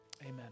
Amen